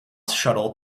shuttle